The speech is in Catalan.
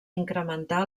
incrementar